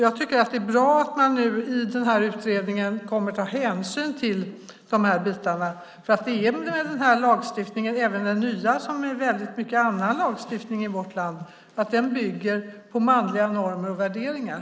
Jag tycker att det är bra att man i den här utredningen kommer att ta hänsyn till detta. Den här lagstiftningen, även den nya, liksom mycket annan lagstiftning i vårt land bygger på manliga normer och värderingar.